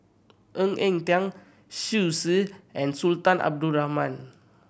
Ng Eng Teng and Sultan Abdul Rahman